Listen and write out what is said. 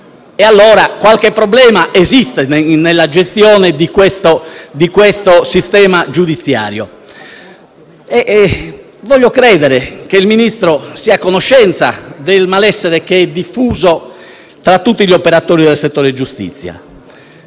verità. Qualche problema, allora, esiste nella gestione del sistema giudiziario. Voglio credere che il Ministro sia a conoscenza del malessere diffuso tra tutti gli operatori del settore giustizia.